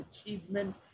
achievement